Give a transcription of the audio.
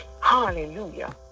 Hallelujah